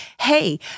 hey